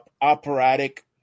operatic